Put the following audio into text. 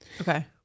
Okay